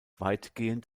weitgehend